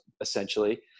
essentially